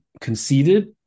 conceded